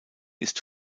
ist